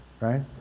right